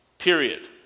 Period